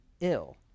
ill